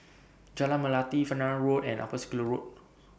Jalan Melati Fernvale Road and Upper Circular Road